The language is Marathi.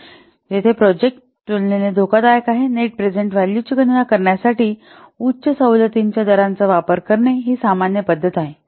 येथे जेथे प्रोजेक्ट तुलनेने धोकादायक आहे नेट प्रेझेंट व्हॅलूची गणना करण्यासाठी उच्च सवलतीच्या दरांचा वापर करणे ही सामान्य पद्धत आहे